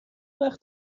وقت